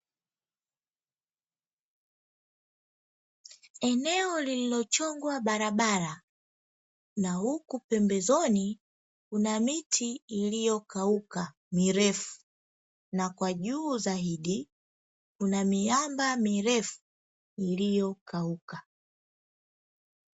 Eneo lililo chongwa barabara na huku pembezoni kuna miti, iliyokauka mirefu na kwajuu zaidi kuna miamba mirefu iliyo kauka.